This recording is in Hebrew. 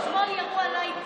אתמול ירו עליי טיל.